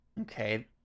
Okay